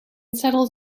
settles